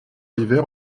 l’hiver